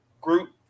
group